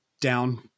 down